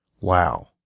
Wow